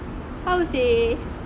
how seh